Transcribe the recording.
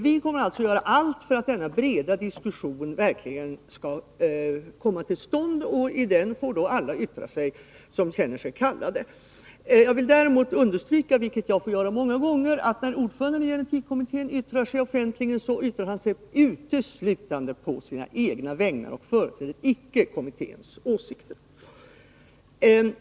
Vi kommer att göra allt för att denna breda diskussion verkligen skall komma till stånd, och i den får alla som känner sig kallade yttra sig. Jag vill däremot understryka, vilket jag har fått göra många gånger, att när ordföranden i gen-etikkommittén yttrar sig offentligt, yttrar han sig uteslutande på sina egna vägnar och företräder icke kommitténs åsikter.